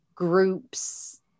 groups